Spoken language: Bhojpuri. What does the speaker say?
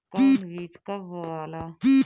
कौन बीज कब बोआला?